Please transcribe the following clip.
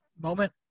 moment